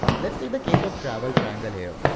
let's take the case of travel triangle here.